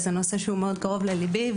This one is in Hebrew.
זה נושא שהוא מאוד קרוב לליבי.